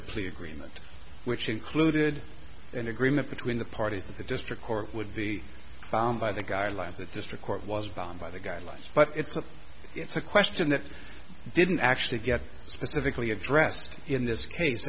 the plea agreement which included an agreement between the parties that the district court would be bound by the guidelines that district court was bound by the guidelines but it's not it's a question that didn't actually get specifically addressed in this case